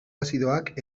azidoak